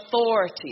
authority